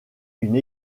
une